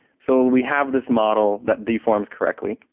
so we have this model that deforms correctly.